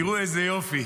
תראו איזה יופי,